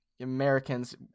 Americans